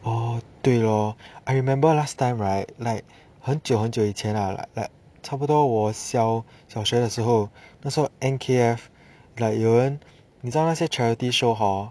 oh 对 lor I remember last time right like 很久很久以前 like 差不多我小小学的时候那时候 N_K_F like 有人你知道那些 charity show hor